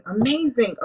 amazing